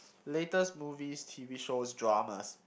latest movies T_V shows dramas